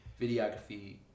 videography